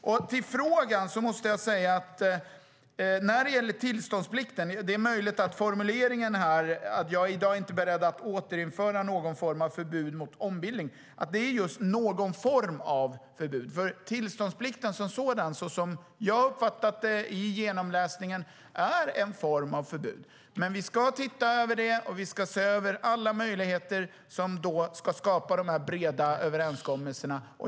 Det var en fråga om tillståndsplikten. Min formulering om att "jag är i dag inte beredd att återinföra någon form av förbud mot ombildning" handlar just om någon form av förbud. Tillståndsplikten som sådan, så som jag har uppfattat den vid genomläsningen, är en form av förbud. Vi ska se över frågan, och vi ska se över alla möjligheter att skapa breda överenskommelser.